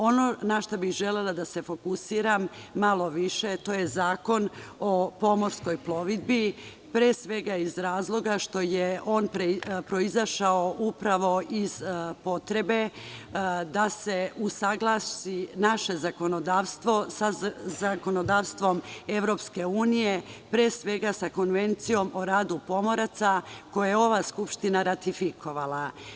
Ono na šta bih želela da se fokusiram malo više, to je Zakon o pomorskoj plovidbi, pre svega iz razloga što je on proizišao upravo iz potrebe da se usaglasi naše zakonodavstvo sa zakonodavstvom EU, pre svega sa Konvencijom o radu pomoraca koju je ova Skupština ratifikovala.